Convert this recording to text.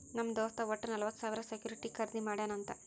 ನಮ್ ದೋಸ್ತ್ ವಟ್ಟ ನಲ್ವತ್ ಸಾವಿರ ಸೆಕ್ಯೂರಿಟಿ ಖರ್ದಿ ಮಾಡ್ಯಾನ್ ಅಂತ್